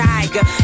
Tiger